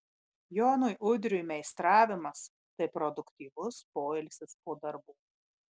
jonui udriui meistravimas tai produktyvus poilsis po darbų